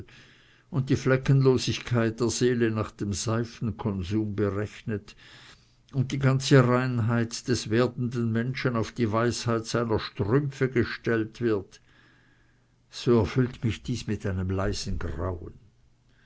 und die fleckenlosigkeit der seele nach dem seifenkonsum berechnet und die ganze reinheit des werdenden menschen auf die weißheit seiner strümpfe gestellt wird so erfüllt mich dies mit einem leisen grauen